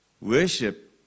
worship